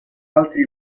altri